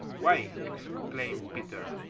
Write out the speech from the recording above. why-ee! exclaimed peter,